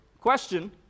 question